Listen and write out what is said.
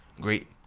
Great